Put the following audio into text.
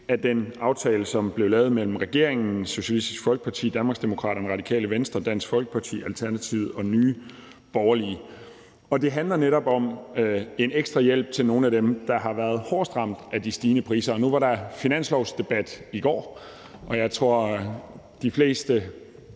af den aftale, som blev lavet mellem regeringen, Socialistisk Folkeparti, Danmarksdemokraterne, Radikale Venstre, Dansk Folkeparti, Alternativet og Nye Borgerlige, og det handler netop om en ekstra hjælp til nogle af dem, der har været hårdest ramt af de stigende priser. Nu var der finanslovsdebat i går, og jeg tror, at de fleste